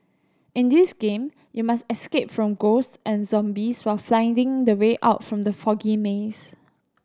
in this game you must escape from ghosts and zombies while finding the way out from the foggy maze